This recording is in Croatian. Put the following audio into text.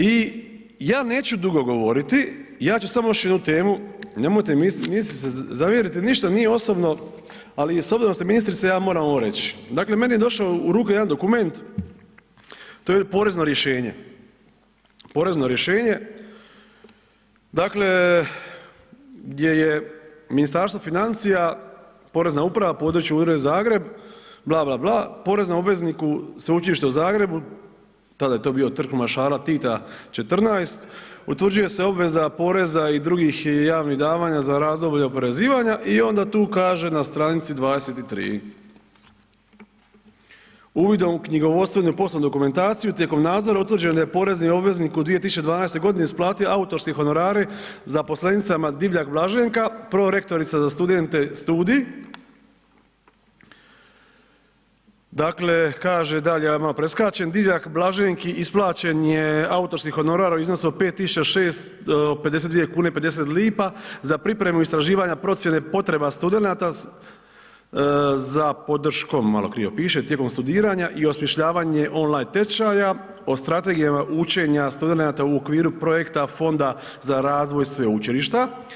I ja neću dugo govoriti, ja ću samo još jednu temu, nemojte ministrice zamjeriti, ništa nije osobno, ali s obzirom da ste ministrica ja moram ovo reći, dakle meni je došao u ruke jedan dokument, to je porezno rješenje, porezno rješenje, dakle gdje je Ministarstvo financija, Porezna uprava Područni ured Zagreb, bla, bla, bla, poreznom obvezniku Sveučilišta u Zagrebu, tada je to bio Trg maršala Tita 14, utvrđuje se obveza poreza i drugih javnih davanja za razdoblje oporezivanja i onda tu kaže na stranici 23, uvidom u knjigovodstvenu i poslovnu dokumentaciju tijekom nadzora utvrđeno je da je porezni obvezniku 2012. godine isplatio autorske honorare zaposlenicama Divjak Blaženka prorektorica za studente studij, dakle kaže dalje ja malo preskačem, Divjak Blaženki isplaćen je autorski honorar u iznosu od 5.652,50 kuna za pripremu istraživanja procjene potreba studenata za podrškom, malo krivo piše, tijekom studiranja i osmišljavanje online tečaja o strategijama učenja studenata u okviru projekta Fonda za razvoj sveučilišta.